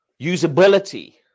Usability